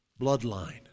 bloodline